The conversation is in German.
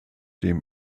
dem